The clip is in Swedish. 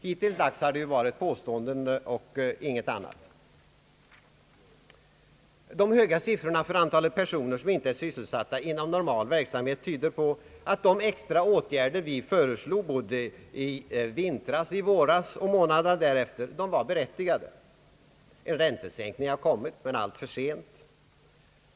Hittills har det mest gjorts allmänna påståenden och ingenting annat. De höga siffrorna på antalet personer som inte är sysselsatta inom normal verksamhet tyder på att de extra åtgärder som vi föreslog i vintras, i våras och månaderna därefter var berättigade. En räntesänkning har kommit, men alltför sent.